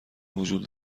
وجود